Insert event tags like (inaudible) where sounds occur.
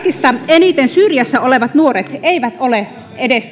kaikista eniten syrjässä olevat nuoret eivät ole edes (unintelligible)